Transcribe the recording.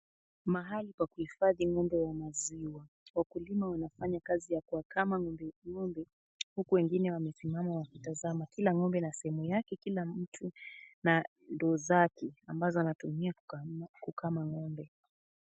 Mahali pa kuhifadhi ng'ombe wa maziwa. Wakulima wanafanya kazi ya kuwakama ng'ombe huku wengine wamesimama wakitazama. Kila ng'ombe na sehemu yake, kila mtu na ndoo zake ambazo anatumia kukama ng'ombe.